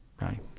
right